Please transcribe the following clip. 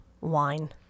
wine